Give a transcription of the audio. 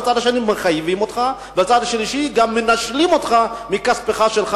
בצד השני מחייבים אותך ובצד השלישי מנשלים אותך מכספך שלך.